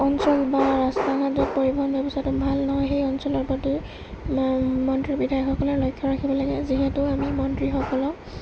অঞ্চল বা ৰাস্তা ঘাট পৰিৱহণ ব্যৱস্থাটো ভাল নহয় সেই অঞ্চলৰ প্ৰতি মন্ত্ৰী বিধায়কসকলে লক্ষ্য ৰাখিব লাগে যিহেতু আমি মন্ত্ৰীসকলক